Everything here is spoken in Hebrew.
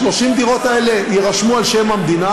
30 הדירות האלה יירשמו על שם המדינה